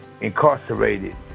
incarcerated